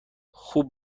خوب